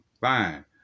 fine